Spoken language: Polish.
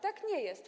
Tak nie jest.